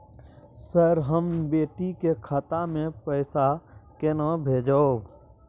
Sir, हम बेटी के खाता मे पैसा केना भेजब?